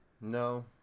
No